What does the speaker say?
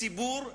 הציבור רואה,